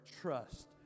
trust